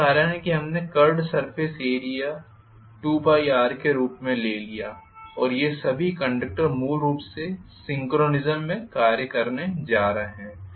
यही कारण है कि हमने कर्व सर्फेस एरिया 2πr के रूप में लिया और ये सभी कंडक्टर मूल रूप से सिंक्रोनिस्म में कार्य करने जा रहे हैं